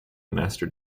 master